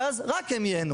ואז רק הם ייהנו.